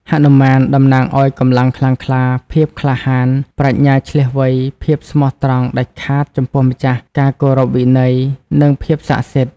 ហនុមានតំណាងឱ្យ កម្លាំងខ្លាំងក្លា ភាពក្លាហាន ប្រាជ្ញាឈ្លាសវៃ ភាពស្មោះត្រង់ដាច់ខាតចំពោះម្ចាស់ ការគោរពវិន័យ និងភាពស័ក្ដិសិទ្ធិ ។